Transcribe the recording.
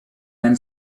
then